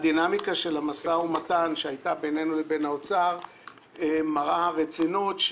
הדינמיקה של המשא ומתן שהייתה בינינו לבין האוצר מראה רצינות: